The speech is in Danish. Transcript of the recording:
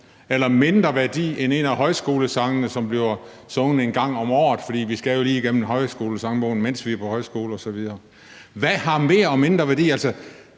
eller mindre værdi end en af højskolesangene, som bliver sunget en gang om året, fordi vi jo lige skal igennem Højskolesangbogen, mens vi er på højskole, osv.? Hvad har mere og mindre værdi?